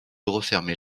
refermer